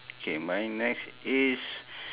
okay my next is